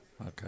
Okay